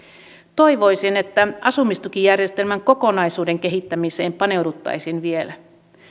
toivoisin että asumistukijärjestelmän kokonaisuuden kehittämiseen paneuduttaisiin vielä